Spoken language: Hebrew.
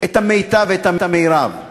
את המיטב ואת המרב.